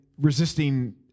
resisting